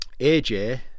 AJ